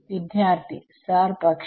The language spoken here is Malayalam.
വിദ്യാർത്ഥി സർ പക്ഷെ